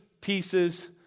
pieces